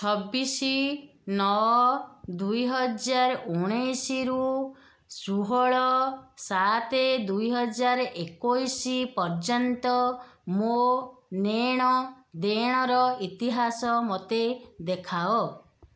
ଛବିଶ ନଅ ଦୁଇ ହଜାର ଉଣେଇଶରୁ ଷୋହଳ ସାତ ଦୁଇ ହଜାର ଏକୋଇଶ ପର୍ଯ୍ୟନ୍ତ ମୋ ନେଣ ଦେଣର ଇତିହାସ ମୋତେ ଦେଖାଅ